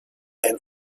and